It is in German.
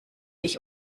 ich